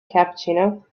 cappuccino